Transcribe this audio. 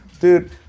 dude